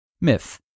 Myth